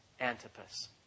Antipas